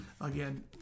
again